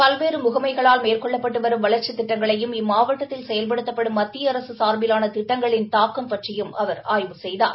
பல்வேறு முகமைகளால் மேற்கொள்ளப்பட்டு வரும் வளர்ச்சித் திட்டங்களையும் இம்மாவட்டத்தில் செயல்படுத்தப்படும் மத்திய அரசு சார்பிலாள திட்டங்களின் தாக்கம் பற்றியும் அவர் ஆய்வு செய்தார்